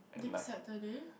next Saturday